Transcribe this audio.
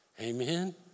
Amen